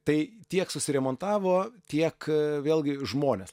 tai tiek susiremontavo tiek vėlgi žmonės